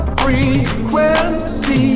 frequency